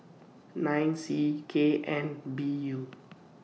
nine C K N B U